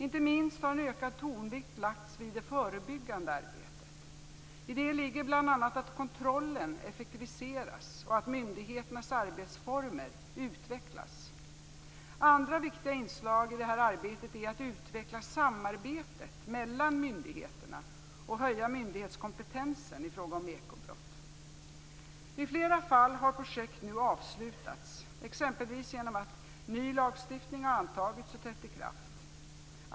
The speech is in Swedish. Inte minst har en ökad tonvikt lagts vid det förebyggande arbetet. I detta ligger bl.a. att kontrollen effektiviseras och att myndigheternas arbetsformer utvecklas. Andra viktiga inslag i detta arbete är att utveckla samarbetet mellan myndigheter och att höja myndighetskompetensen i fråga om ekobrott. I fler fall har projekt nu avslutats, exempelvis genom att ny lagstiftning har antagits och trätt i kraft.